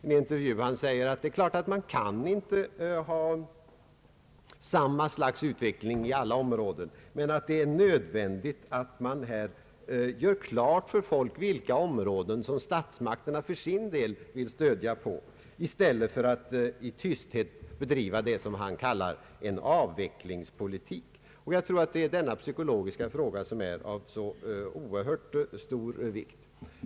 Han har sagt i en intervju ati man inte kan ha samma slags utveckling i alla områden och att det är nödvändigt att göra klart för människorna vilka områden som statsmakterna för sin del vill stödja, i stället för att i tysthet bedriva vad han kallar en avvecklingspolitik. Jag tror att denna psykologiska fråga är av oerhört stor vikt.